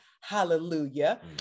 hallelujah